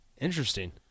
Interesting